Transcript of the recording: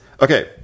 okay